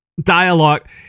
dialogue